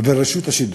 ולרשות השידור.